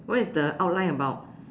what is the outline about